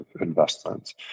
investments